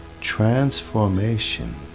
Transformation